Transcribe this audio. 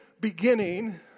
beginning